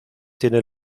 tiene